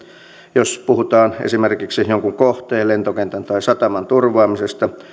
jos puhutaan esimerkiksi jonkin kohteen lentokentän tai sataman turvaamisesta